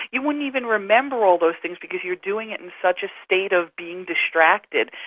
you wouldn't even remember all those things because you are doing it in such a state of being distracted,